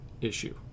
issue